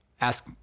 ask